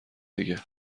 دیگه